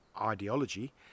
ideology